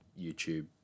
YouTube